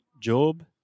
job